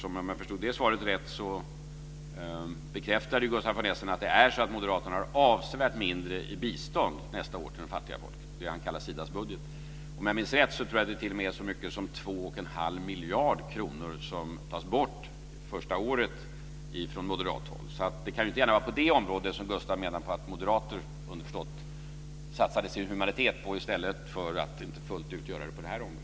Om jag förstod det svaret rätt bekräftade Gustaf von Essen att det är så att moderaterna har avsevärt mindre i bistånd nästa år till fattiga folk - det han kallar Sidas budget. Om jag minns rätt är det så mycket som 2 1⁄2 miljard kronor som tas bort från moderat håll det första året. Det kan ju inte vara på det området som Gustaf - underförstått - menade att moderaterna satsar sin humanitet i stället för att inte fullt ut göra det på det här området.